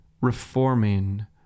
reforming